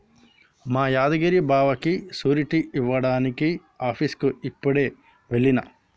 మా యాదగిరి బావకి సూరిటీ ఇయ్యడానికి ఆఫీసుకి యిప్పుడే ఎల్లిన